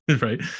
right